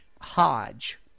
Hodge